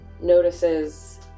notices